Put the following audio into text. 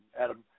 Adam